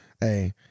Hey